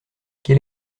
quel